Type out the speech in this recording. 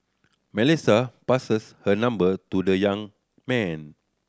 Melissa passes hers her number to the young man